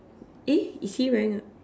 eh is he wearing a